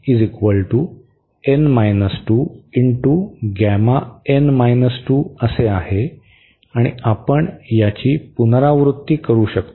तर आपल्याकडे आहे आणि आपण याची पुनरावृत्ती करू शकतो